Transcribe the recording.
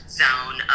zone